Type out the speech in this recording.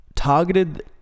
targeted